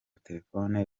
telefoni